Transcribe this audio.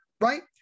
right